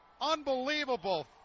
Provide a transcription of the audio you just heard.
Unbelievable